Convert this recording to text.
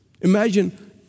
Imagine